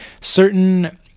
certain